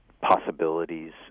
possibilities